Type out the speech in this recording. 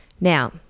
Now